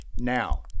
now